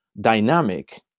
dynamic